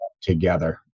together